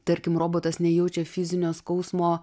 tarkim robotas nejaučia fizinio skausmo